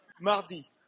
mardi